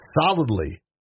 solidly